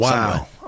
Wow